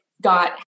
got